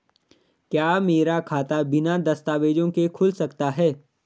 क्या मेरा खाता बिना दस्तावेज़ों के खुल सकता है?